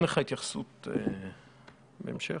לך התייחסות בהמשך.